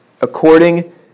according